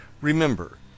Remember